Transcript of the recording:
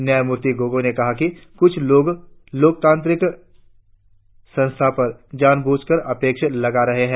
न्यायमूर्ति गोगोई ने कहा कि कुछ लोग लोकतांरिक संस्था पर जानब्रझकर आक्षेप लगा रहे हैं